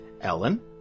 Ellen